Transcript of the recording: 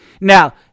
now